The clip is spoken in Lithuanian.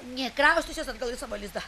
ne kraustysiuosi atgal į savo lizdą